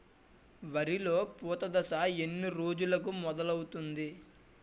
వరిలో పూత దశ ఎన్ని రోజులకు మొదలవుతుంది?